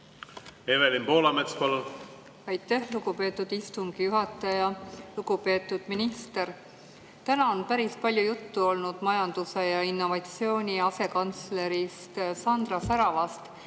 Evelin Poolamets, palun! Aitäh, lugupeetud istungi juhataja! Lugupeetud minister! Täna on päris palju juttu olnud majanduse ja innovatsiooni asekantslerist Sandra Säravast,